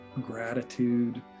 gratitude